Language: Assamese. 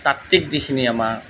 তাত্ত্বিক যিখিনি আমাৰ